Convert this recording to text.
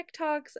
TikToks